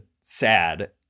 sad